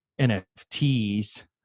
NFTs